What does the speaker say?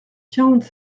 quarante